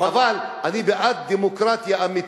אבל אני בעד דמוקרטיה אמיתית,